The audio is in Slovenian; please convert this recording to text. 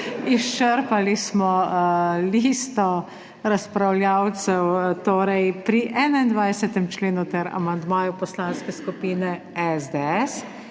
Izčrpali smo listo razpravljavcev pri 21. členu ter amandmaju Poslanske skupine SDS.